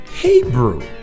hebrew